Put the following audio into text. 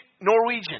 Norwegian